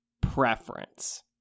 preference